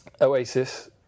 Oasis